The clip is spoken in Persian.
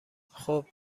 خوب